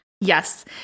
Yes